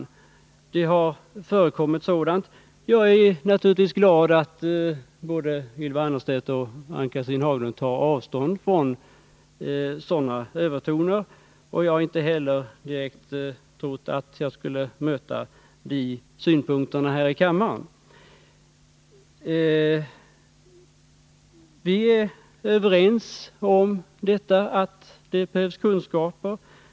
Det har förekommit sådant. Jag är naturligtvis glad åt att både Ylva Annerstedt och Ann-Cathrine Haglund tar avstånd från sådana övertoner. Jag hade inte heller direkt trott att jag skulle möta synpunkter av det slaget här i kammaren. Vi är överens om att det behövs kunskaper.